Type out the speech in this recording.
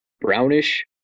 brownish